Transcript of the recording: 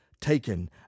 taken